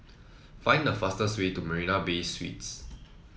find the fastest way to Marina Bay Suites